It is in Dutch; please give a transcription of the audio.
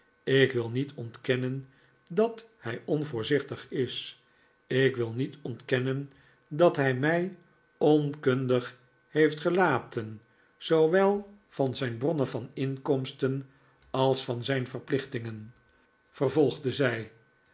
ik wil niet ontkennen dat hij onvoorzichtig is ik wil niet ontkennen dat hij mij onkundig heeft gelaten zoowel van zijn bronnen van inkomsten als van zijn verplichtingen vervolgde zij